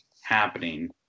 happening